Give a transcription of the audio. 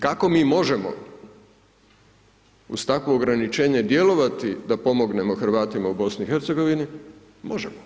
Kako mi možemo uz takvo ograničenje djelovati da pomognemo Hrvatima u BiH-u, možemo.